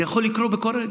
זה יכול לקרות בכל רגע.